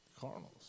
Cardinals